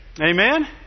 Amen